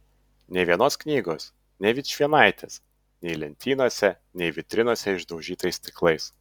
nė vienos knygos nė vičvienaitės nei lentynose nei vitrinose išdaužytais stiklais